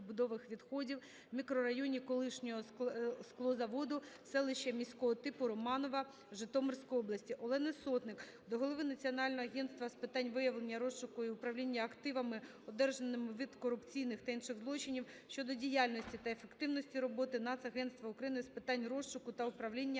побутових відходів в мікрорайоні колишнього склозаводу селища міського типу Романова Житомирської області. Олени Сотник до голови Національного агентства з питань виявлення, розшуку і управління активами, одержаними від корупційних та інших злочинів щодо діяльності та ефективності роботи Нацагентства України з питань розшуку та управління